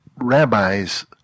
Rabbis